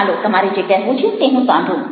ચાલો તમારે જે કહેવું છે તે હું સાંભળું